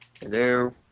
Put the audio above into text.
Hello